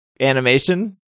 Animation